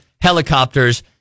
helicopters